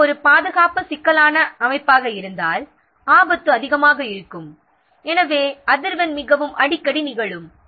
இது ஒரு பாதுகாப்பு சிக்கலான அமைப்பாக இருந்தால் ஆபத்து அதிகமாக இருக்கும் எனவே அதிர்வெண் மிகவும் அடிக்கடி நிகழும்